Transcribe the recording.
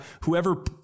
whoever